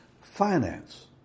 finance